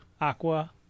Aqua